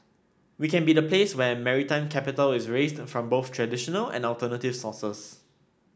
we can be the place where maritime capital is raised from both traditional and alternative sources